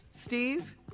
Steve